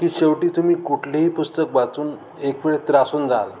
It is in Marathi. की शेवटी तुम्ही कुठलेही पुस्तक वाचून एकवेळ त्रासून जाल